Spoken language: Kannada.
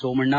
ಸೋಮಣ್ಣ